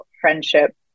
friendship